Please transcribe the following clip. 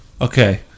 Okay